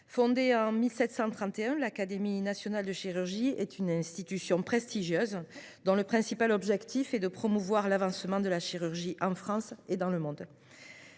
fondée en 1731, l’Académie nationale de chirurgie est une institution prestigieuse, dont le principal objectif est de promouvoir l’avancement de la chirurgie en France et dans le monde.